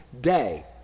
day